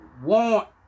want